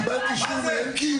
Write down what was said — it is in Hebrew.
קיבלת אישור מאלקין?